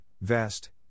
vest